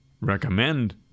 recommend